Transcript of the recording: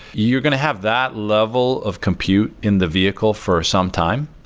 you're going to have that level of compute in the vehicle for some time,